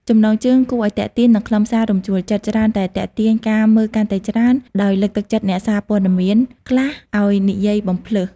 ចំណងជើងគួរឱ្យទាក់ទាញ និងខ្លឹមសាររំជួលចិត្តច្រើនតែទាក់ទាញការមើលកាន់តែច្រើន ដោយលើកទឹកចិត្តអ្នកសារព័ត៌មានខ្លះឱ្យនិយាយបំផ្លើស។